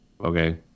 Okay